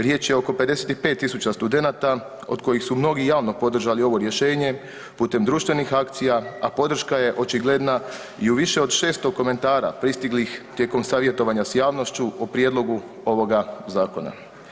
Riječ je o oko 55.000 studenata od kojih su mnogi javno podržali ovo rješenje putem društvenih akcija, a podrška je očigledna i u više od 600 komentara pristiglih tijekom savjetovanja s javnošću o prijedlogu ovoga zakona.